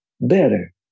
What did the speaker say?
better